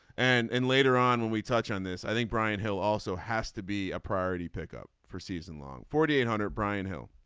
and and later on when we touch on this i think brian hill also has to be a priority pick up for season long. forty eight hundred brian who.